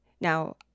Now